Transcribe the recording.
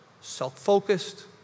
self-focused